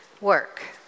work